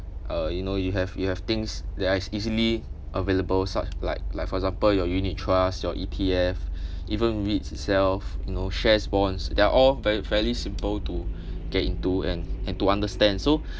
uh you know you have you have things that are easily available such like like for example your unit trust your E_T_F even yield itself you know shares bonds they're all very fairly simple to get into and and to understand so